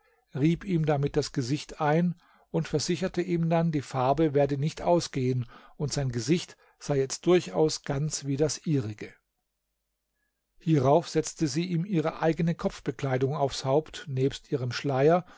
rieb ihm damit das gesicht ein und versicherte ihm dann die farbe werde nicht ausgehen und sein gesicht sei jetzt durchaus ganz wie das ihrige hierauf setzte sie ihm ihre eigene kopfbekleidung aufs haupt nebst ihrem schleier